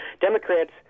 Democrats